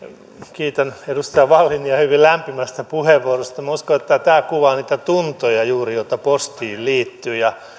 kiitän edustaja wallinia hyvin lämpimästä puheenvuorosta minä uskon että tämä kuvaa niitä tuntoja juuri joita postiin liittyy